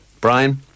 Brian